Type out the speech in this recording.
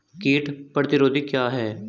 कीट प्रतिरोधी क्या है?